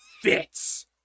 fits